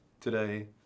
today